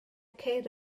ceir